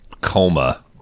coma